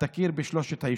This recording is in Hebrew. את החוק שמפקיר את ארץ